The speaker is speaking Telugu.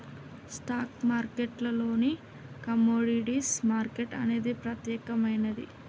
స్టాక్ మార్కెట్టులోనే కమోడిటీస్ మార్కెట్ అనేది ప్రత్యేకమైనది